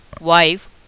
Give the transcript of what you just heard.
wife